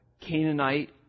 Canaanite